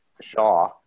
Shaw